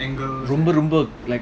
ரொம்பரொம்ப:romba romba like